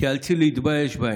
תיאלצי להתבייש בהן.